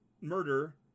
murder